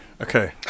okay